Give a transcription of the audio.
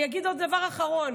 אני אגיד עוד דבר אחרון.